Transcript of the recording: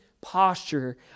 posture